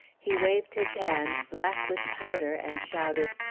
he waved his hand, black with powder, and shouted,